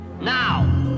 now